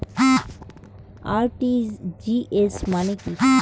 RTGS মানে কি?